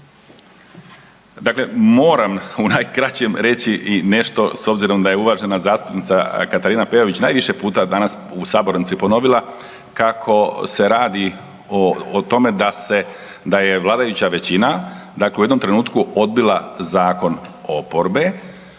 Dakle moram u najkraćem reći i nešto, s obzirom da je uvažena zastupnica Katarina Peović najviše puta danas u sabornici ponovila kako se radi o tome da se, da je vladajuća većina, dakle u jednom trenutku odbila zakon oporbe